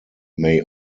may